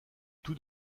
tout